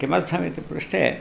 किमर्थमिति पृष्टे